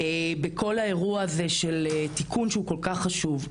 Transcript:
בכל האירוע של תיקון שהוא כל כך חשוב.